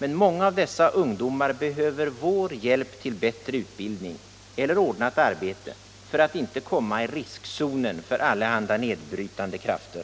Men många av dessa ungdomar behöver vår hjälp till bättre utbildning eller ordnat arbete för att inte komma i riskzonen för allehanda nedbrytande krafter.